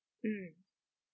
mmhmm